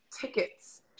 tickets